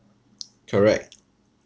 correct